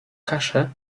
kaszę